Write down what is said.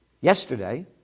yesterday